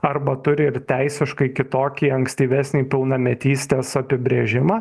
arba turi ir teisiškai kitokį ankstyvesnį pilnametystės apibrėžimą